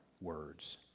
words